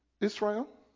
Israel